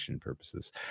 purposes